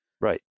Right